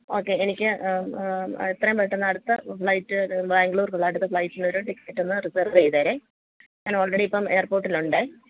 okay എനിക്ക് എത്രയും പെട്ടെന്ന് അടുത്ത ഫ്ലൈറ്റ് ബാംഗ്ലൂറിലേക്കുള്ള അടുത്ത ഫ്ലൈറ്റിന് ഒരു ടിക്കറ്റൊന്ന് റിസർവ് ചെയ്തേ ഞാൻ ഓൾറെഡി ഇപ്പം എയർപോട്ടിൽ ഉണ്ട്